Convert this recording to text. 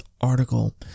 article